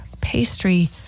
pastry